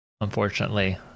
unfortunately